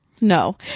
No